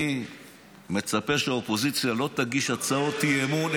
אני מצפה שהאופוזיציה לא תגיש הצעות אי-אמון,